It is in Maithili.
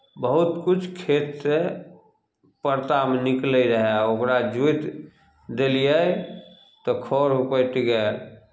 बहुत किछु खेतसँ परतामे निकलैत हए ओकरा जोति देलियै तऽ खढ़ उपटि गेल